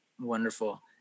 Wonderful